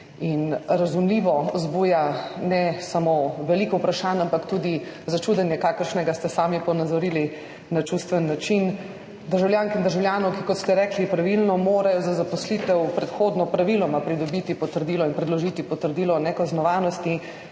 razumljivo vzbuja ne le veliko vprašanj, ampak tudi začudenje – tudi sami ste ga ponazorili na čustven način –, državljank in državljanov ki, kot ste rekli pravilno, morajo za zaposlitev predhodno praviloma pridobiti potrdilo in predložiti potrdilo o nekaznovanosti,